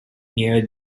near